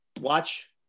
watch